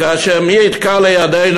כאשר מי יתקע לידנו,